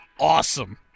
awesome